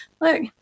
look